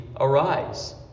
arise